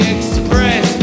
Express